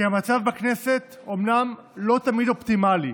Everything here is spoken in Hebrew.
כי המצב בכנסת אומנם לא תמיד אופטימלי,